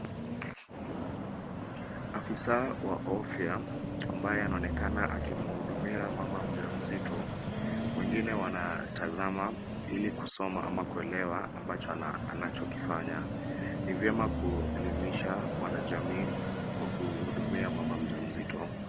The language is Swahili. Afisa wa afya ambaye anaonekana akimhudumia mama mjamzito. Wengine wanatazama ili kusoma ama kuelewa ambacho anakifanya. Ni vyema kuelimisha wanajamii kwa kuhudumia mama mjamzito.